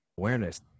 awareness